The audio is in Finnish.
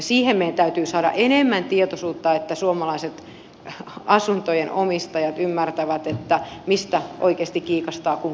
siihen meidän täytyy saada enemmän tietoisuutta että suomalaiset asuntojen omistajat ymmärtävät mistä oikeasti kiikastaa kun kiikastaa